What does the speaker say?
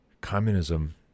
communism